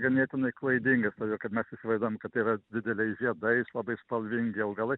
ganėtinai klaidingas todėl kad mes įsivaizduojam kad tai yra dideliais žiedais labai spalvingi augalai